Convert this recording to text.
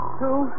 two